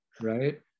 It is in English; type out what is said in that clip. right